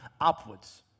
upwards